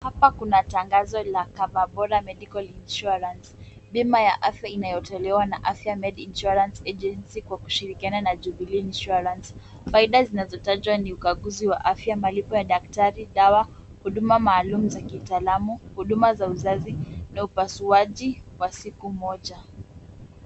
Hapa kuna tangazo la COVERBORA MEDICAL INSURANCE, bima ya afya inayotolewa na AfyaMed Insurance Agency kwa kushirikiana na Jubilee Insurance. Faida zinazotajwa ni ukaguzi wa afya, malipo ya daktari, dawa, huduma maalum za kitalamu, huduma za uzazi, na upasuaji wa siku 1.